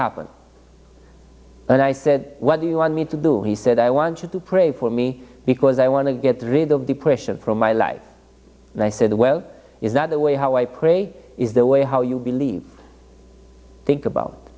happened and i said what do you want me to do he said i want you to pray for me because i want to get rid of depression from my life and i said well is that the way how i pray is the way how you believe think about